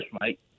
mike